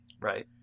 Right